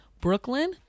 brooklyn